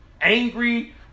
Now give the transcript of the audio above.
Angry